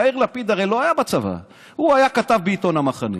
יאיר לפיד הרי לא היה בצבא, הוא כתב בעיתון במחנה.